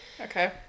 Okay